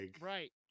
Right